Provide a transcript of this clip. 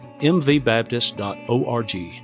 mvbaptist.org